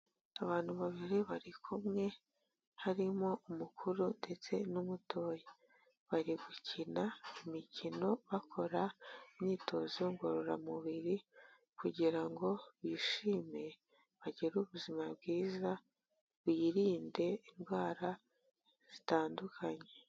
Abantu babiri bari kumwe, harimo umukuru ndetse n'umutoya. Bari gukina imikino bakora imyitozo ngororamubiri kugira ngo bishime, bagire ubuzima bwiza birinde indwara zitandukanye.